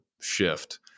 shift